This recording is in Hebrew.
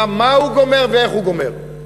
השאלה היא, מה הוא גומר ואיך הוא גומר.